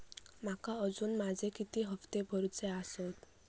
माका अजून माझे किती हप्ते भरूचे आसत?